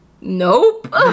nope